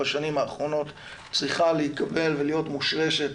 בשנים האחרונות צריכה להתקבל ולהיות מושרשת,